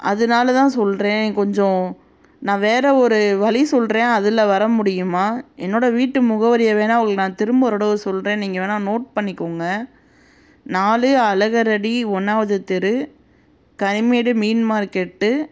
அதனால தான் சொல்கிறேன் கொஞ்சம் நான் வேறு ஒரு வழி சொல்கிறேன் அதில் வர முடியுமா என்னோடய வீட்டு முகவரியை வேணால் உங்களுக்கு நான் திரும்ப ஒரு தடவை சொல்கிறேன் நீங்கள் வேணால் நோட் பண்ணிக்கோங்க நாலு அழகரடி ஒன்றாவது தெரு கனிமேடு மீன் மார்க்கெட்டு